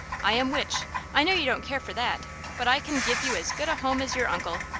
i am wich i know you don't care for that but i can give you as good a home as your uncle.